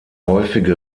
häufige